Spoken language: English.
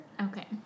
Okay